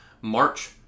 March